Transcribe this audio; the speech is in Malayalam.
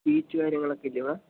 ബീച്ച് കാര്യങ്ങളൊക്കെ ഇല്ലേ ഇവിടെ